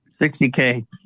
60K